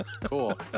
Cool